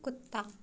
कुत्ता